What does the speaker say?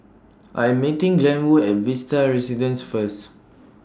I Am meeting Glenwood At Vista Residences First